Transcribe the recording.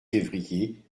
février